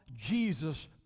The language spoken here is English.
jesus